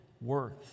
worth